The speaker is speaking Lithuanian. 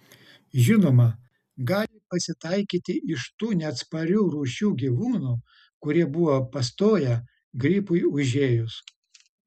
žinoma gali pasitaikyti iš tų neatsparių rūšių gyvūnų kurie buvo pastoję gripui užėjus